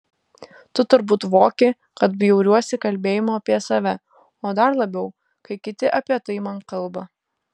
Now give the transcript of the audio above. tu turbūt voki kad bjauriuosi kalbėjimu apie save o dar labiau kai kiti apie tai man kalba